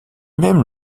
même